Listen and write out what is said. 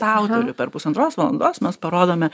autorių per pusantros valandos mes parodome